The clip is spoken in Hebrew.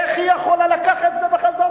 איך היא יכולה לקחת את זה בחזרה?